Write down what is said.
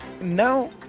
now